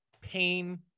pain